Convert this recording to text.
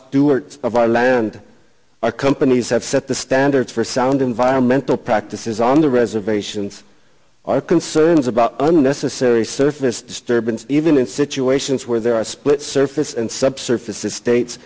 stewart of our land our companies have set the standards for sound environmental practices on the reservations our concerns about unnecessary surface disturbance even in situations where there are splits surface and subsurface estates